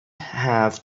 have